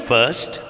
First